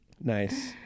nice